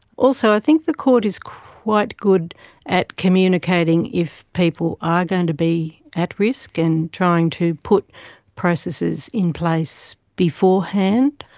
also i think the court is quite good at communicating if people are going to be at risk and trying to put processes in place beforehand.